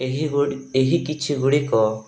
ଏହି ଏହି କିଛି ଗୁଡ଼ିକ